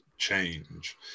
change